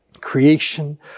Creation